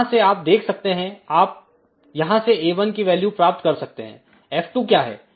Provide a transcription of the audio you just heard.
यहां से आप देख सकते हैंआप यहां से a1की वैल्यू प्राप्त कर सकते हैं F2 क्या है